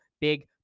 big